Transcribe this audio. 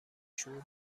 شعور